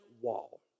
wall